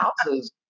houses